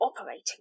operating